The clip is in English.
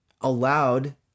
allowed